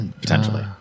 Potentially